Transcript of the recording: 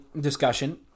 discussion